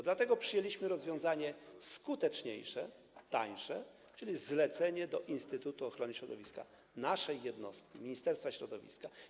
Dlatego przyjęliśmy rozwiązanie skuteczniejsze, tańsze, czyli zlecenie do Instytutu Ochrony Środowiska, naszej jednostki, Ministerstwa Środowiska.